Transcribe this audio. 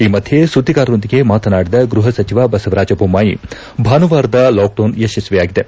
ಈ ಮಧೆ ಸುದ್ದಿಗಾರರೊಂದಿಗೆ ಮಾತನಾಡಿದ ಗೃಹ ಸಚಿವ ಬಸವರಾಜ ಬೊಮ್ಮಾಯಿ ಭಾನುವಾರದ ಲಾಕ್ಡೌನ್ ಯಶಸ್ವಿಯಾಗಿದೆ